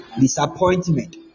Disappointment